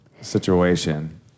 situation